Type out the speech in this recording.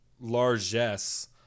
largesse